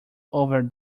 over